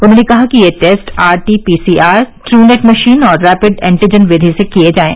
उन्होंने कहा कि ये टेस्ट आरटीपीसीआर टूनैट मशीन और रैपिड एन्टीजन विधि से किए जाएं